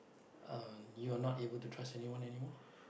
uh you are not able to trust anyone anymore